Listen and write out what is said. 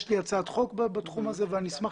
יש לי הצעת חוק בתחום הזה ואני אשמח